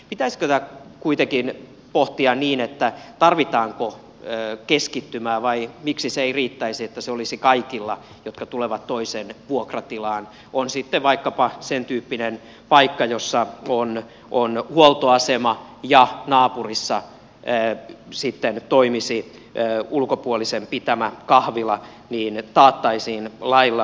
pitäisikö tämä kuitenkin pohtia niin tarvitaanko keskittymää vai miksi se ei riittäisi että se olisi kaikilla jotka tulevat toisen vuokratilaan on sitten vaikkapa sentyyppinen paikka jossa on huoltoasema ja naapurissa sitten toimisi ulkopuolisen pitämä kahvila niin taattaisiin lailla oikeus